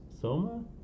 soma